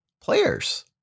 players